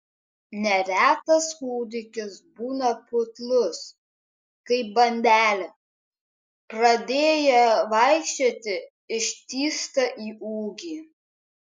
neretas kūdikis būna putlus kaip bandelė pradėję vaikščioti ištįsta į ūgį